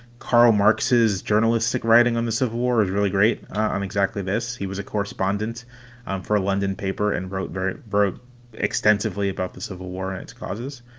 karl marx's journalistic writing on the civil war is really great. i'm exactly this. he was a correspondent for a london paper and wrote very extensively about the civil war, and its causes.